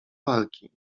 walki